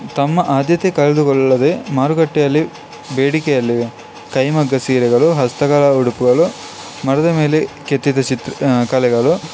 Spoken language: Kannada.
ತಮ್ಮ ಆದ್ಯತೆ ಕಳೆದುಕೊಳ್ಳದೆ ಮಾರುಕಟ್ಟೆಯಲ್ಲಿ ಬೇಡಿಕೆಯಲ್ಲಿವೆ ಕೈಮಗ್ಗ ಸೀರೆಗಳು ಹಸ್ತಕಲಾ ಉಡುಪುಗಳು ಮರದ ಮೇಲೆ ಕೆತ್ತಿದ ಚಿತ್ರ ಕಲೆಗಳು